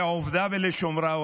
לעובדה ולשומרה?